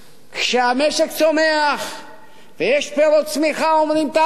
כשהמשק צומח ויש פירות צמיחה אומרים: הופ,